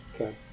Okay